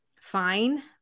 fine